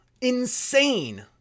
Insane